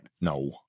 No